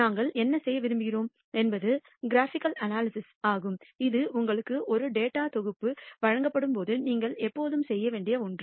நாங்கள் என்ன செய்ய விரும்புகிறோம் என்பது கிராஃபிகல் அனாலிசிஸ் ஆகும் இது உங்களுக்கு ஒரு டேட்டா தொகுப்பு வழங்கப்படும்போது நீங்கள் எப்போதும் செய்ய வேண்டிய ஒன்று